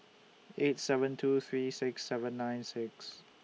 eight seven two three six seven nine six